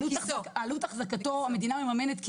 את עלות אחזקתו המדינה מממנת,